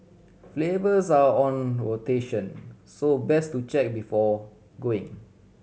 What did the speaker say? flavours are on rotation so best to check before going